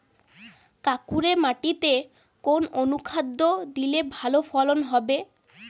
কাঁকুরে মাটিতে কোন অনুখাদ্য দিলে ভালো ফলন হবে?